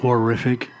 Horrific